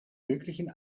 möglichen